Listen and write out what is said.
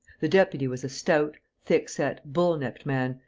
the deputy was a stout, thickset, bull-necked man,